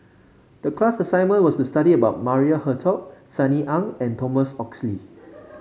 the class assignment was to study about Maria Hertogh Sunny Ang and Thomas Oxley